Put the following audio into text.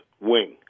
wing